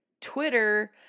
Twitter